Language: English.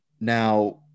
Now